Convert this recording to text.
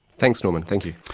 thanks norman, thank you.